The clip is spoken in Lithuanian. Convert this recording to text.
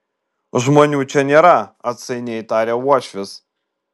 žmonių čia nėra atsainiai tarė uošvis